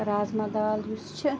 رَزما دال یُس چھےٚ